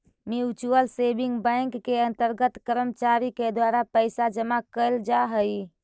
mutual saving bank के अंतर्गत कर्मचारी के द्वारा पैसा जमा कैल जा हइ